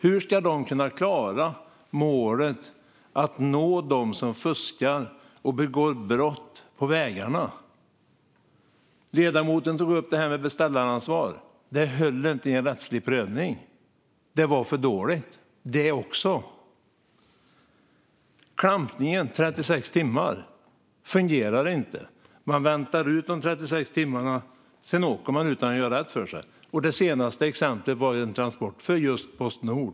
Hur ska man kunna klara målet att nå dem som fuskar och begår brott på vägarna? Ledamoten tog upp beställaransvaret. Det höll inte i en rättslig prövning; även det var för dåligt. Klampning i 36 timmar fungerar inte. Man väntar ut de 36 timmarna; sedan åker man utan att göra rätt för sig. Det senaste exemplet var en transport för just Postnord.